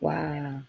Wow